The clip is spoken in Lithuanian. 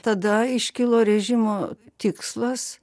tada iškilo režimo tikslas